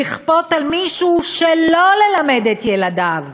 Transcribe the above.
לכפות על מישהו שלא ללמד את ילדיו.